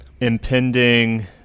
impending